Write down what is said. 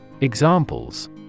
Examples